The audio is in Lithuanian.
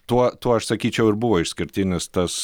tuo tuo aš sakyčiau ir buvo išskirtinis tas